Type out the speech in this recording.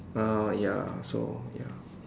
ah ya so ya